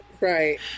Right